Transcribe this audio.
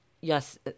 yes